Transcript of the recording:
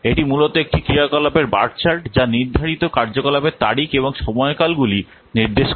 এটি মূলত একটি ক্রিয়াকলাপের বার চার্ট যা নির্ধারিত কার্যকলাপের তারিখ এবং সময়কালগুলি নির্দেশ করে